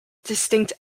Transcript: distinct